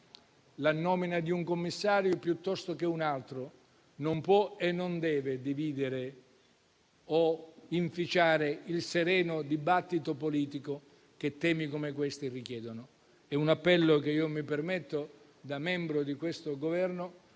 La nomina di un commissario invece di un altro non può e non deve dividere o inficiare il sereno dibattito politico, che temi come questi richiedono. È un appello che mi permetto di fare da membro del Governo,